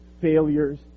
failures